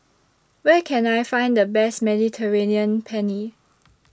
Where Can I Find The Best Mediterranean Penne